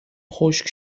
خشک